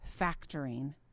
factoring